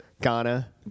Ghana